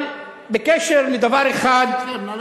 אבל בקשר לדבר אחד, לא בקשר.